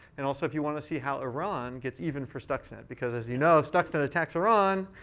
and also, if you want to see how iran gets even for stuxnet. because as you know, ah stuxnet attacks iran,